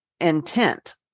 intent